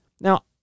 Now